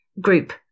group